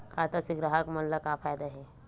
खाता से ग्राहक मन ला का फ़ायदा हे?